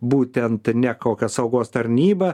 būtent ne kokia saugos tarnyba